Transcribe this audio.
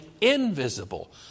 invisible